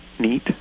neat